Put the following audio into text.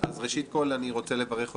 אז ראשית כול אני רוצה לברך אותך,